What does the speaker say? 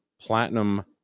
platinum